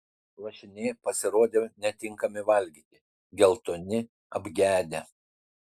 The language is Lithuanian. lašiniai pasirodė netinkami valgyti geltoni apgedę